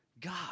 God